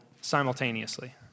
simultaneously